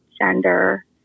gender